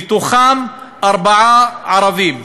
מהם ארבעה ערבים.